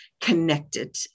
connected